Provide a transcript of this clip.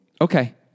Okay